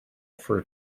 for